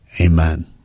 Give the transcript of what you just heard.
Amen